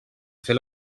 fer